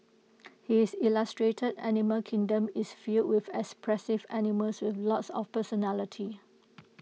his illustrated animal kingdom is filled with expressive animals with lots of personality